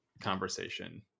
conversation